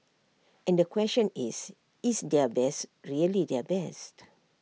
and the question is is their best really their best